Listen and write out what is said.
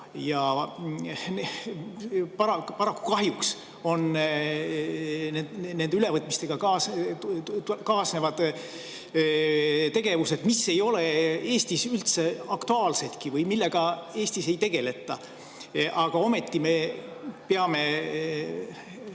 Paraku, kahjuks nende ülevõtmisega kaasnevad tegevused, mis ei ole Eestis üldse aktuaalsed ja millega Eestis ei tegeleta. Aga ometi me peame